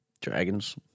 Dragons